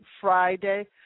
Friday